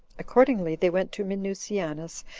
accordingly they went to minucianus,